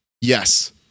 Yes